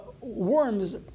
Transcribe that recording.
worms